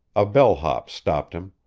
a bell hop stopped him.